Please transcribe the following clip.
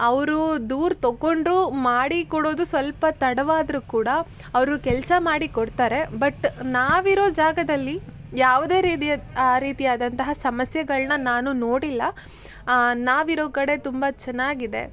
ಅವರು ದೂರು ತಕೊಂಡರು ಮಾಡಿಕೊಡೋದು ಸ್ವಲ್ಪ ತಡವಾದರೂ ಕೂಡ ಅವರು ಕೆಲಸ ಮಾಡಿಕೊಡ್ತಾರೆ ಬಟ್ ನಾವಿರೋ ಜಾಗದಲ್ಲಿ ಯಾವುದೇ ರೀತಿಯ ಆ ರೀತಿಯಾದಂತಹ ಸಮಸ್ಯೆಗಳನ್ನ ನಾನು ನೋಡಿಲ್ಲ ನಾವಿರೋ ಕಡೆ ತುಂಬ ಚೆನ್ನಾಗಿದೆ